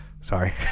Sorry